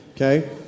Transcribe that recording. Okay